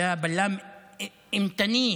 היה בלם אימתני.